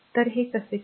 तर ते कसे करणार